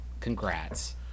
Congrats